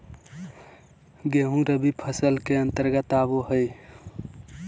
गेंहूँ रबी फसल के अंतर्गत आबो हय